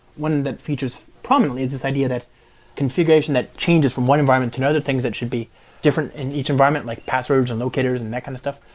one that features prominently is this idea that configuration that changes from one environment to another thing is that should be different in each environment, like pass roads, and locators, and that kind of stuff.